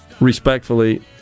respectfully